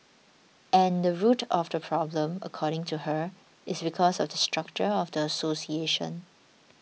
and the root of the problem according to her is because of the structure of the association